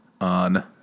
on